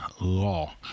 law